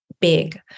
big